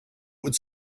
would